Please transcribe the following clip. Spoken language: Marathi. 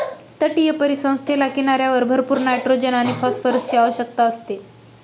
तटीय परिसंस्थेला किनाऱ्यावर भरपूर नायट्रोजन आणि फॉस्फरसची आवश्यकता असते